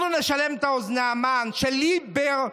אנחנו נשלם על אוזני המן של לי-בר-מן.